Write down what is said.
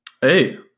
Hey